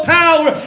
power